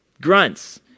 grunts